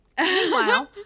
Meanwhile